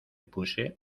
puse